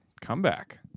comeback